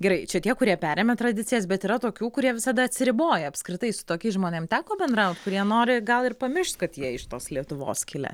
gerai čia tie kurie perėmė tradicijas bet yra tokių kurie visada atsiriboja apskritai su tokiais žmonėm teko bendraut kurie nori gal ir pamiršt kad jie iš tos lietuvos kilę